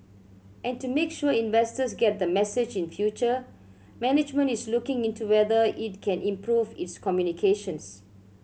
and to make sure investors get the message in future management is looking into whether it can improve its communications